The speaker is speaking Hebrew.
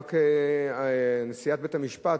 נשיאת בית-המשפט,